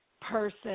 person